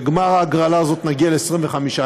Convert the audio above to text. בגמר ההגרלה הזאת נגיע ל-25,000,